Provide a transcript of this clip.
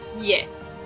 yes